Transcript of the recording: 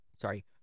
Sorry